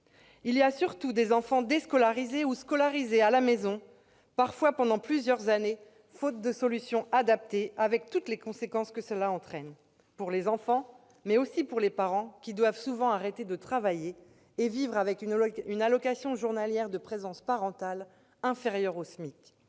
Il y a surtout des enfants déscolarisés ou scolarisés à la maison, parfois pendant plusieurs années, faute de solutions adaptées, avec toutes les conséquences que cela entraîne, pour les enfants, mais aussi pour les parents- ces derniers doivent souvent cesser de travailler et vivre avec une allocation journalière de présence parentale inférieure au SMIC.